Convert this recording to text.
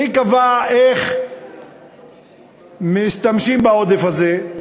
מי קבע איך משתמשים בעודף הזה?